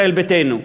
ישראל ביתנו.